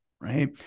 right